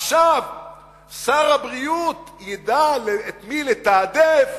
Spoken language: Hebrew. עכשיו שר הבריאות ידע את מי לתעדף